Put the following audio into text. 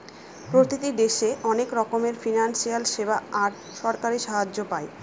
প্রতিটি দেশে অনেক রকমের ফিনান্সিয়াল সেবা আর সরকারি সাহায্য পায়